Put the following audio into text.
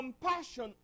compassion